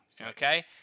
Okay